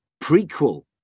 prequel